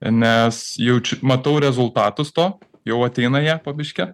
nes jaučiu matau rezultatus to jau ateina jie po biškį